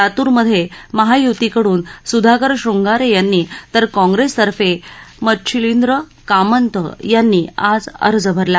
लातूरमधे महायुतीकडून सुधाकर शृंगारे यांनी तर काँग्रेसतर्फे मच्छिलिंद्र कामन्त यांनी आज अर्ज भरला